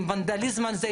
עם הוונדליזם הזה,